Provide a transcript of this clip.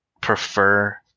prefer